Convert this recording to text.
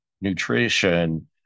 nutrition